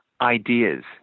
ideas